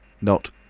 Not